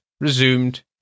resumed